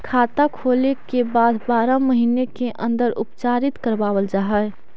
खाता खोले के बाद बारह महिने के अंदर उपचारित करवावल जा है?